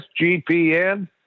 SGPN